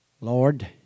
Lord